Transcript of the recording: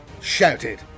shouted